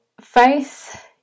faith